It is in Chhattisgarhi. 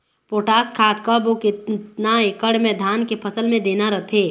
पोटास खाद कब अऊ केतना एकड़ मे धान के फसल मे देना रथे?